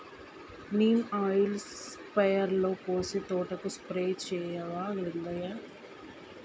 neem oil స్ప్రేయర్లో పోసి తోటకు స్ప్రే చేయవా లింగయ్య